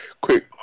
quick